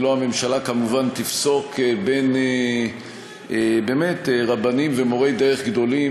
ולא הממשלה כמובן תפסוק בין רבנים ומורי דרך גדולים,